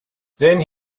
then